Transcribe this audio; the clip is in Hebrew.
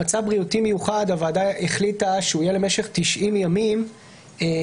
"מצב בריאותי מיוחד" הוועדה החליטה שהוא יהיה למשך 90 ימים ומסיבות